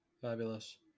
Fabulous